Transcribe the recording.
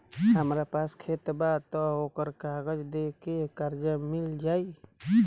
हमरा पास खेत बा त ओकर कागज दे के कर्जा मिल जाई?